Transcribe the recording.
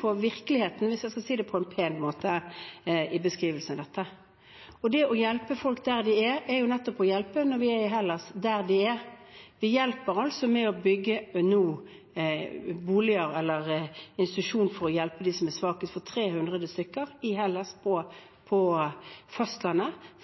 for virkeligheten, hvis jeg skal si det på en pen måte. Det å hjelpe folk der de er, er nettopp å hjelpe i Hellas. På fastlandet i Hellas hjelper vi nå med å bygge boliger, eller en institusjon, for 300 stykker for å hjelpe dem som er svakest, og